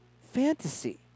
fantasy